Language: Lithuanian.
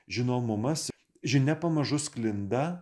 žinomumas žinia pamažu sklinda